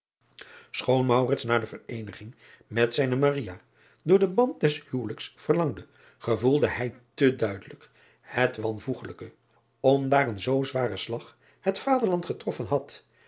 choon naar de vereeniging met zijne door den band des huwelijks verlangde gevoelde hij te duidelijk het wanvoegelijke om daar een zoo zware slag het vaderland getroffen had